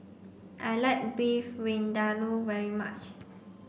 I like Beef Vindaloo very much